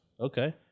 Okay